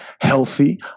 healthy